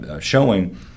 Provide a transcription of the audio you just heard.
showing